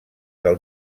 del